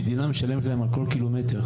המדינה משלמת להם על כל קילומטר.